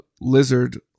lizard